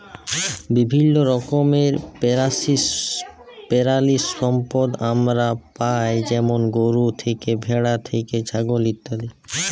বিভিল্য রকমের পেরালিসম্পদ আমরা পাই যেমল গরু থ্যাকে, ভেড়া থ্যাকে, ছাগল ইত্যাদি